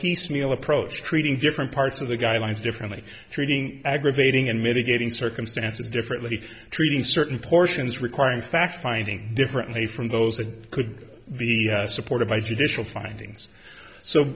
piecemeal approach treating different parts of the guidelines differently treating aggravating and mitigating circumstances differently treating certain portions requiring fact finding differently from those that could be supported by judicial findings so